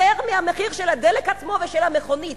יותר מהמחיר של הדלק עצמו ושל המכונית.